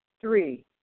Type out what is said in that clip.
Three